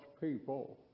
people